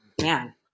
man